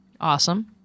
Awesome